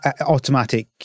automatic